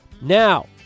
now